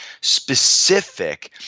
specific